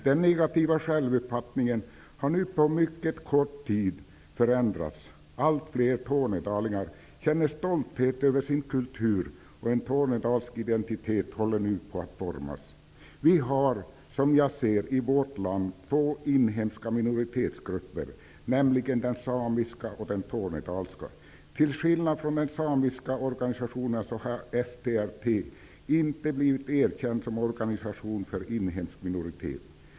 Den negativa självuppfattningen har nu på mycket kort tid förändrats. Allt fler tornedalingar känner stolthet över sin kultur, och en tornedalsk identitet håller nu på att formas. Vi har, som jag ser det, i vårt land två inhemska minoritetsgrupper, nämligen den samiska och den tornedalska. Till skillnad från de samiska organisationerna har STR T inte blivit erkänd som organisation för en inhemsk minoritet.